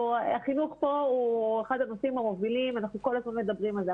החינוך הוא אחד הדברים המובילים ואנחנו כל הזמן מדברים על זה.